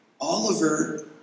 Oliver